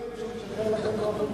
אצלנו במפלגה אומרים,